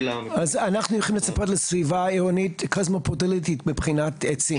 אז אנחנו יכולים לצפות לסביבה קוסמופוליטית מבחינת עצים,